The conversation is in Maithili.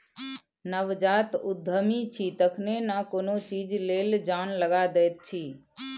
नवजात उद्यमी छी तखने न कोनो चीज लेल जान लगा दैत छी